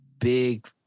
big –